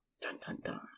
Dun-dun-dun